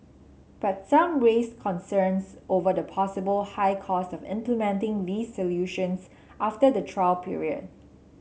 but some raised concerns over the possible high cost of implementing these solutions after the trial period